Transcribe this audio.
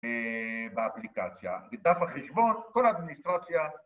באפליקציה, דף החשבון, כל האדמיניסטרציה